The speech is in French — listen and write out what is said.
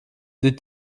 des